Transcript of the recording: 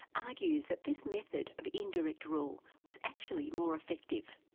argues that this method of indirect rule was actually more effective.